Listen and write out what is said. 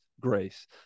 grace